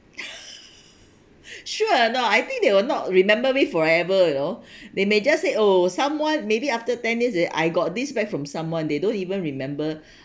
sure or not I think they will not remember me forever you know they may just say oh someone maybe after ten years I got this bag from someone they don't even remember